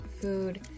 food